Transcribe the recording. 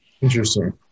Interesting